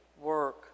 work